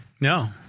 No